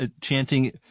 chanting